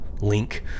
link